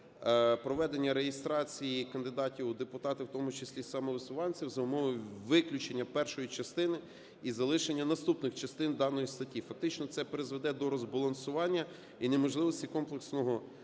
проведення реєстрації кандидатів у депутати, в тому числі самовисуванців, за умови виключення першої частини і залишення наступних частин даної статті. Фактично це призведе до розбалансування і неможливості комплексного